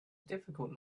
difficult